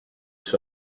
soi